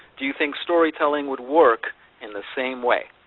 do you think storytelling would work in the same way?